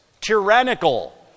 Tyrannical